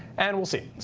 and we'll see.